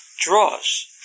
draws